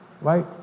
right